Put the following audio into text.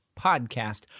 Podcast